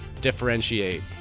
differentiate